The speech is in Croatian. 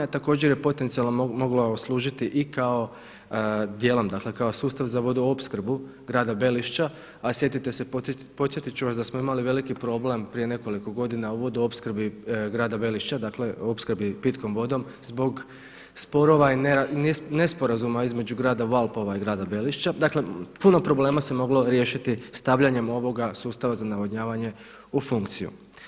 Također je potencijalno moglo služiti i kao djelom dakle kao sustav za vodoopskrbu grada Belišća a sjetite se podsjetiti ću vas da smo imali veliki problem prije nekoliko godina u vodoopskrbi grada Belišća, dakle opskrbi pitkom vodom zbog sporova i nesporazuma između grada Valpova i grada Belišća, dakle puno problema se moglo riješiti stavljanjem ovoga sustava za navodnavanje u funkciju.